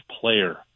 player